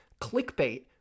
Clickbait